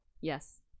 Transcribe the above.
yes